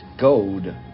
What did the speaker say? gold